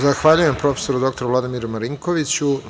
Zahvaljujem prof. dr Vladimiru Marinkovuću.